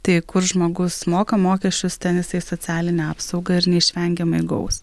tai kur žmogus moka mokesčius ten jisai socialinę apsaugą ir neišvengiamai gaus